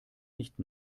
nicht